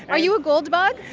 are you a gold bug?